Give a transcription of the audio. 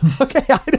Okay